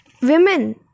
women